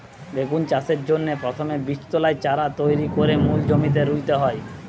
বেগুন চাষের জন্যে প্রথমে বীজতলায় চারা তৈরি কোরে মূল জমিতে রুইতে হয়